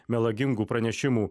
melagingų pranešimų